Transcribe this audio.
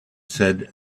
said